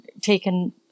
taken